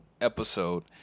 episode